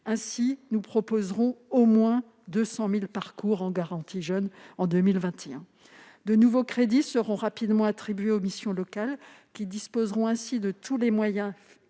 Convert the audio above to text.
jeunes. Nous proposerons au moins 200 000 parcours en garantie jeunes en 2021. De nouveaux crédits seront rapidement attribués aux missions locales, qui disposeront ainsi de tous les moyens